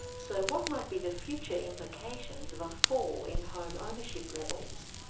so what might be the future implications of a fall in home ownership levels?